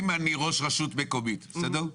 אם אני ראש רשות מקומית, בסדר?